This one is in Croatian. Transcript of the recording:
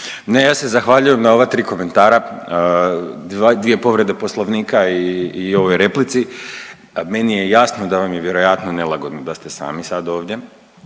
Ne, ja se zahvaljujem na ova tri komentara, dvije povrede Poslovnika i ovoj replici. Meni je jasno da vam je vjerojatno nelagodno, da ste sami sad ovdje.